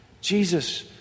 Jesus